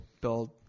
build